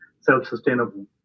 self-sustainable